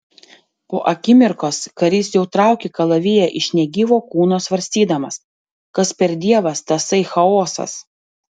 po akimirkos karys jau traukė kalaviją iš negyvo kūno svarstydamas kas per dievas tasai chaosas